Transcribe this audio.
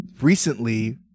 recently